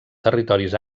territoris